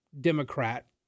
Democrat